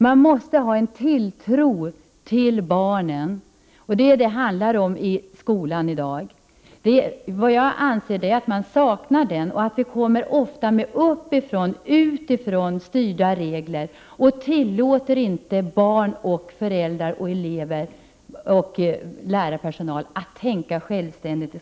Man måste sätta tilltro till barnen — det är vad det handlar om i dag i skolan —, men denna tilltro saknas. Ofta kommer reglerna uppifrån eller utifrån. Som det är i dag tillåts inte barn, föräldrar, elever och skolans personal att tänka självständigt.